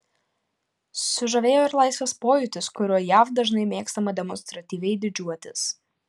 sužavėjo ir laisvės pojūtis kuriuo jav dažnai mėgstama demonstratyviai didžiuotis